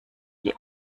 die